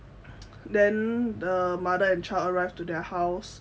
then the mother and child arrived to their house